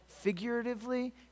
figuratively